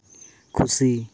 ᱠᱷᱩᱥᱤ